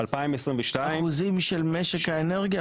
2022 --- אחוזים של משק האנרגיה?